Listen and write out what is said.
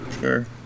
sure